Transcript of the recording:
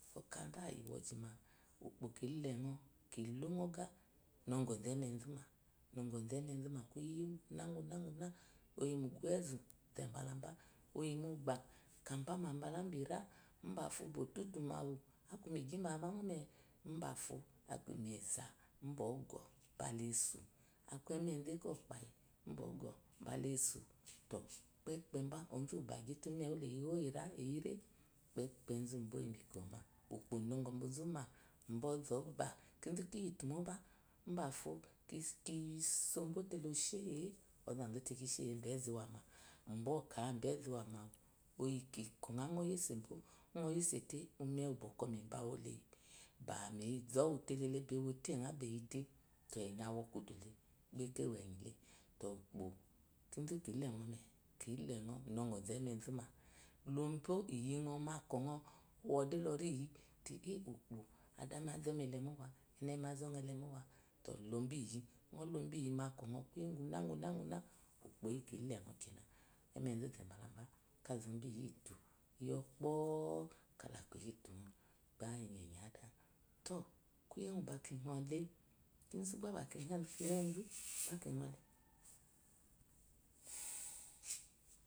Okazu ayi wozhi ma ukpo kiloə oqe. nəqɔzu emezu má noqɔzú emezuma kuye ugu na ugna oyi ma úqú uwú ezu oyimu oqbá kaba má bab` ebira úbaro botutumo awei ákúmi qyimabamoee ubafo immeza ubɔ qɔ la esu aku emmzu ekopayi ubo əqɔ bala esu to peeba ozo u`wu`eqyi te umewu le wo iyra eyire pepzu uba oyimi qɔma ukepo mɔyoyi zuma kizu kiyitu mo ba umbsafo umbafo kisobo te losheye ɔzazute kiheye maizu iwama moka mu ezu imámá wu oyizi yo ɲa mo aɛeba te ume wu bɔkɔ mi bawule ba mi zowule bá ewoteza beyo te to ukpo kizu kilenɔ kile noqɔzu emenzuma zobo iyinɔ mu ako nɔ ʊyɔd lɔriyi ukpó adami azmi elemó wa znemi azɔmi elemówá lobo iyi mu akonɔ ɔwole lo riiyi mu akonɔ kuye ugu úna una úkpo iyi kilenɔ́ ke na emezu zebalabá kazobs iyitu iyopo kaha aku iyitumno bá iyeyi adá to kuye ugu bakinɔle kinzú bá ba